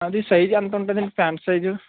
అది సైజు ఎంత ఉంటుంది అండి ఫాంట్ సైజు